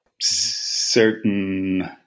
certain